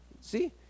see